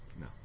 No